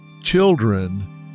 children